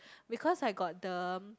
because I got the